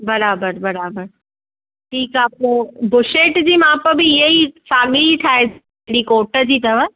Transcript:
बराबरि बराबरि ठीक आहे पोइ बूशेट जी माप बि इहा ई साॻी ई ठाहिजो जेकी कोट जी अथव